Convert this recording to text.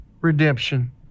redemption